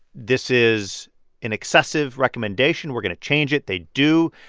this is an excessive recommendation. we're going to change it. they do.